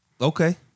Okay